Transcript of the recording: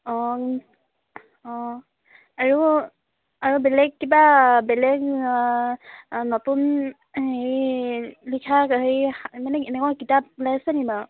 অঁ অঁ আৰু আৰু বেলেগ কিবা বেলেগ নতুন হেৰি লিখা হেৰি মানে এনেকুৱা কিতাপ ওলাই আছে নেকি বাৰু